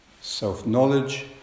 Self-knowledge